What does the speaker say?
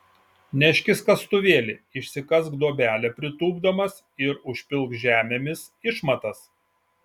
neškis kastuvėlį išsikask duobelę pritūpdamas ir užpilk žemėmis išmatas